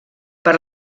per